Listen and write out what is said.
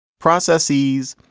processes,